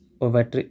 over